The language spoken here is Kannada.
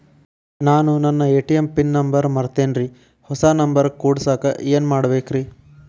ನಾನು ನನ್ನ ಎ.ಟಿ.ಎಂ ಪಿನ್ ನಂಬರ್ ಮರ್ತೇನ್ರಿ, ಹೊಸಾ ನಂಬರ್ ಕುಡಸಾಕ್ ಏನ್ ಮಾಡ್ಬೇಕ್ರಿ?